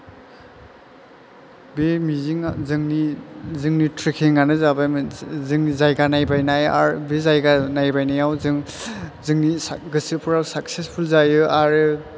बे मिजिङा जोंनि जोंनि ट्रेकिं आनो जाबाय माेनसे जोंनि जायगा नायबाय नाय आरो बे जायगा नायबायनायाव जों जोंनि गोसोफाेराव साकसेसफुल जायो आरो